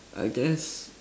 I guess